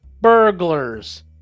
Burglars